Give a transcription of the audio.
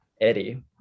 Eddie